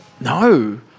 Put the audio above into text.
No